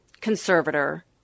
conservator